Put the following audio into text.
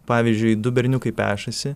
pavyzdžiui du berniukai pešasi